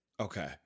okay